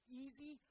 easy